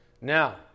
Now